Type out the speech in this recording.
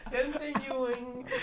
Continuing